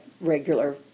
regular